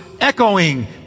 echoing